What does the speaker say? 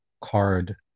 card